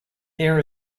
there